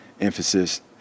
emphasis